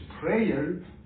prayer